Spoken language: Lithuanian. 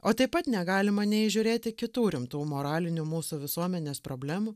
o taip pat negalima neįžiūrėti kitų rimtų moralinių mūsų visuomenės problemų